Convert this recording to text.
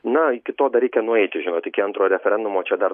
na iki to dar reikia nueiti žinot iki antro referendumo čia dar